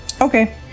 Okay